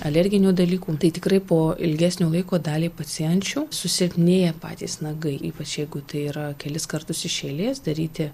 alerginių dalykų tai tikrai po ilgesnio laiko daliai pacienčių susilpnėja patys nagai ypač jeigu tai yra kelis kartus iš eilės daryti